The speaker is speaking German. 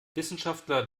wissenschaftler